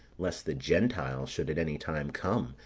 lest the gentiles should at any time come,